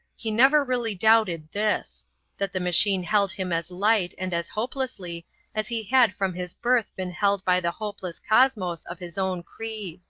he never really doubted this that the machine held him as light and as hopelessly as he had from his birth been held by the hopeless cosmos of his own creed.